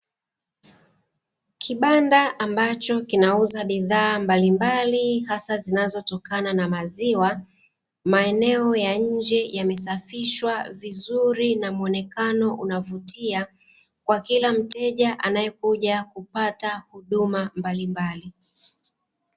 Kibanda ambacho kinauza bidhaa mbalimbali hasa zinazotokana na maziwa, maeneo ya nje yamesafishwa vizuri na muonekano unavutia kwa kila mteja anayekuja kupata huduma mbalimbali.